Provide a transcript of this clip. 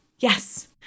Yes